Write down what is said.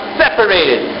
separated